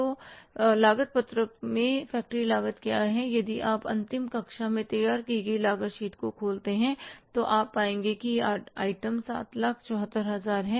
तो लागत पत्रक में फ़ैक्टरी लागत क्या है यदि आप अंतिम कक्षा में तैयार की गई लागत शीट को खोलते हैं तो आप पाएंगे कि यह आइटम 774000 है